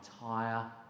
entire